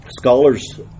scholars